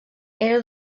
era